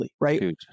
right